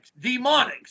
Demonics